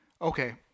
Okay